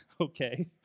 Okay